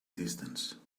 distance